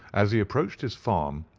as he approached his farm,